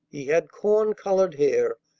he had corn-colored hair,